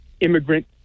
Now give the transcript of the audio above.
immigrant